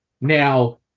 Now